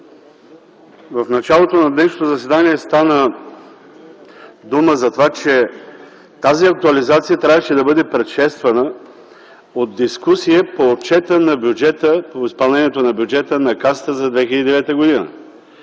В началото на днешното заседание стана дума за това, че тази актуализация трябваше да бъде предшествана от дискусия по Отчета на бюджета, по изпълнението на бюджета на Касата за 2009 г.